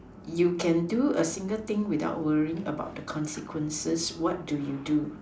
you can do a single thing without worrying about the consequences what do you do